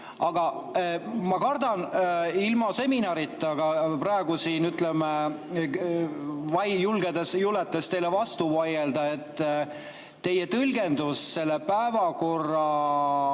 Aga ma kardan, ilma seminarita praegu siin julgedes teile vastu vaielda, et teie tõlgendus selle päevakorravälise